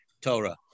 Torah